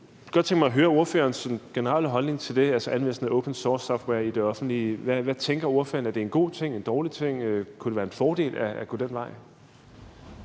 godt tænke mig at høre ordførerens sådan generelle holdning til anvendelsen af open source-software i det offentlige. Hvad tænker ordføreren? Er det en god ting eller en dårlig ting? Kunne det være en fordel at gå den vej?